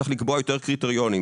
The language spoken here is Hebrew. צריך לקבוע יותר קריטריונים.